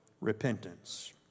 repentance